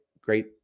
Great